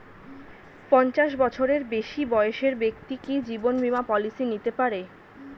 পঞ্চাশ বছরের বেশি বয়সের ব্যক্তি কি জীবন বীমা পলিসি নিতে পারে?